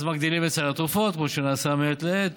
אז מגדילים את סל התרופות, כמו שנעשה מעת לעת